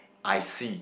I see